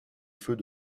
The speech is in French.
feux